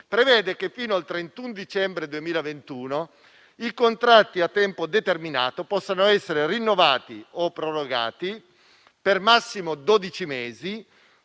prevede che fino al 31 dicembre 2021 i contratti a tempo determinato possano essere rinnovati o prorogati per massimo dodici